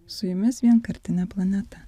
su jumis vienkartinė planeta